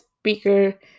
speaker